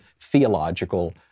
theological